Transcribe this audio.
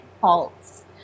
faults